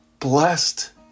blessed